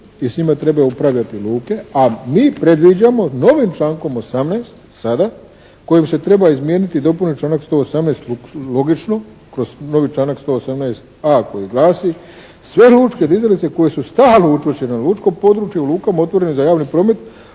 i s njima trebaju upravljati luke, a mi predviđamo novim člankom 18. sada kojim se treba izmijeniti i dopuniti članak 118. logično kroz novi članak 118.a koji glasi: «Sve lučke dizalice koje su stalno učvršćene u lučkom području, u lukama otvorene za javni promet